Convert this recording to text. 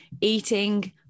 eating